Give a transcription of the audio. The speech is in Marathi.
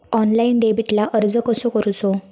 ऑनलाइन डेबिटला अर्ज कसो करूचो?